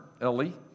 Ellie